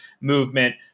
movement